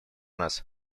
нас